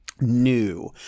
new